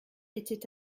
était